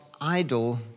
idle